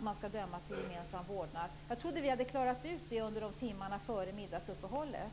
man skall döma till gemensam vårdnad. Det trodde jag att vi hade klarat ut under timmarna före middagsuppehållet.